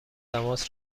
تماس